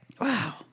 Wow